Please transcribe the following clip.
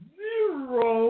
zero